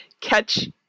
catch